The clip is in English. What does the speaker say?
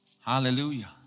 Hallelujah